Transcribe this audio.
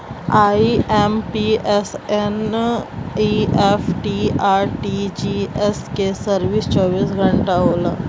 IMPS, NEFT, RTGS क service चौबीस घंटा होला